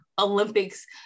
Olympics